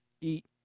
eat